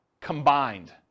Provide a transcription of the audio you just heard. combined